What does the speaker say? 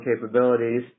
capabilities